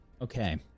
Okay